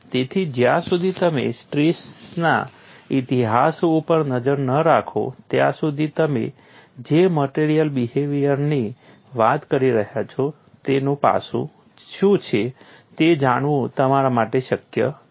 તેથી જ્યાં સુધી તમે સ્ટ્રેસના ઇતિહાસ ઉપર નજર ન રાખો ત્યાં સુધી તમે જે મટિરિયલ બિહેવીઅરની વાત કરી રહ્યા છો તેનું પાસું શું છે તે જાણવું તમારા માટે શક્ય નથી